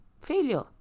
Failure